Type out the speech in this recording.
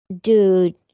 dude